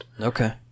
okay